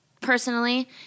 personally